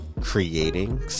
creating